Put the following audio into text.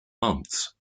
months